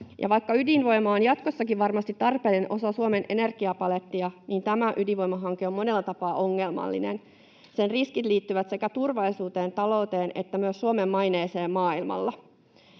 vaikka ydinvoima on jatkossakin varmasti tarpeen osana Suomen energiapalettia, niin tämä ydinvoimahanke on monella tapaa ongelmallinen. Sen riskit liittyvät sekä turvallisuuteen ja talouteen että myös Suomen maineeseen maailmalla.